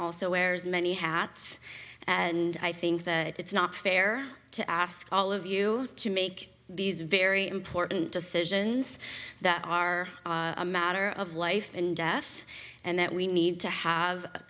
also wears many hats and i think that it's not fair to ask all of you to make these very important decisions that are a matter of life and death and that we need to have a